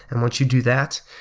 and once you do that,